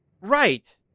Right